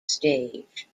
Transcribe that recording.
stage